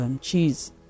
cheese